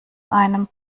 einem